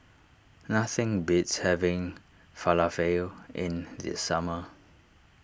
nothing beats having Falafel in the summer